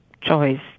choice